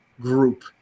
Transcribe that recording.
group